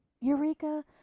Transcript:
Eureka